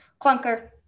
Clunker